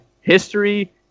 history